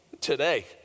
today